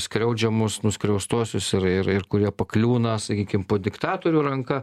skriaudžiamus nuskriaustuosius ir ir ir kurie pakliūna sakykim po diktatorių ranka